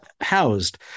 housed